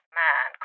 man